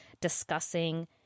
discussing